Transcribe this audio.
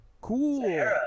Cool